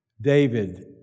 David